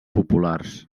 populars